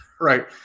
right